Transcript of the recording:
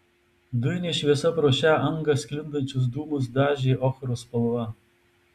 dujinė šviesa pro šią angą sklindančius dūmus dažė ochros spalva